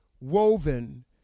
woven